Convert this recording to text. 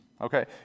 Okay